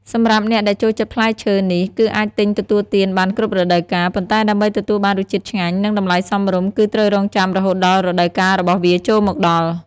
សម្រាប់អ្នកដែលចូលចិត្តផ្លែឈើនេះ គឺអាចទិញទទួលទានបានគ្រប់រដូវកាល ប៉ុន្តែដើម្បីទទួលបានរសជាតិឆ្ងាញ់ និងតម្លៃសមរម្យ គឺត្រូវរង់ចាំរហូតដល់រដូវកាលរបស់វាចូលមកដល់។